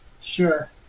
Sure